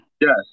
Yes